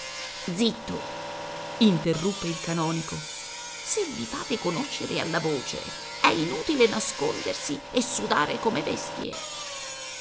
zitto interruppe il canonico se vi fate conoscere alla voce è inutile nascondersi e sudare come bestie